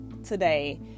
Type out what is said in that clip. today